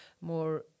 more